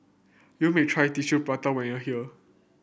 you may try Tissue Prata when you here